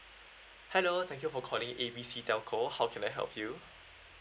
hello thank you for calling A B C telco how can I help you